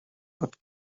but